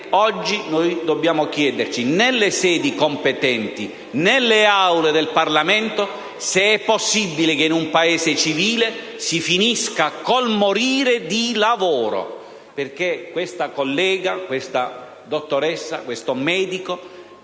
dobbiamo chiederci nelle sedi competenti, nelle Aule del Parlamento, se è possibile che in un Paese civile si finisca col morire di lavoro. Questa collega, questa dottoressa, infatti, questo medico,